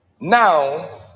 Now